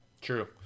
true